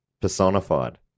personified